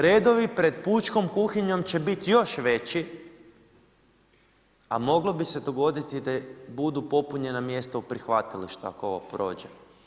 Redovi pred pučkom kuhinjom će biti još veći, a moglo bi se dogoditi da budu popunjena mjesta u prihvatilištu ako ovo prođe.